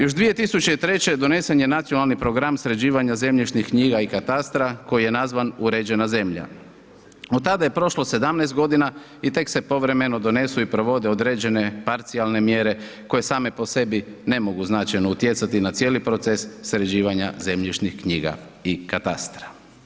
Još 2003. donesen je Nacionalni program sređivanja zemljišnih knjiga i katastra koji je nazvan „Uređena zemlja“, od tada je prošlo 17.g. i tek se povremeno donesu i provode određene parcijalne mjere koje same po sebi ne mogu značajno utjecati na cijeli proces sređivanja zemljišnih knjiga i katastra.